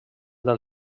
del